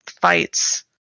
fights